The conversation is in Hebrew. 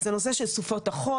זה נושא של סופות החול.